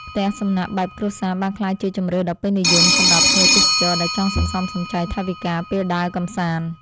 ផ្ទះសំណាក់បែបគ្រួសារបានក្លាយជាជម្រើសដ៏ពេញនិយមសម្រាប់ភ្ញៀវទេសចរដែលចង់សន្សំសំចៃថវិកាពេលដើរកម្សាន្ត។